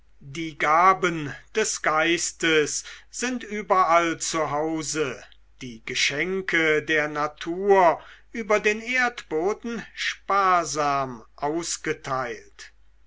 die gaben des geistes sind überall zu hause die geschenke der natur über den erdboden sparsam ausgeteilt